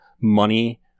money